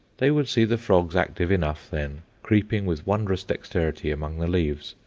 they would see the frogs active enough then, creeping with wondrous dexterity among the leaves,